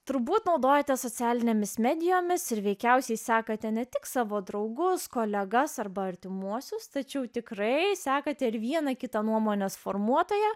turbūt naudojate socialinėmis medijomis ir veikiausiai sekate ne tik savo draugus kolegas arba artimuosius tačiau tikrai sekate ir vieną kitą nuomonės formuotoja